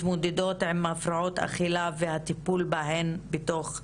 מתמודדות עם הפרעות אכילה והטיפול בהן בתוך המערכת.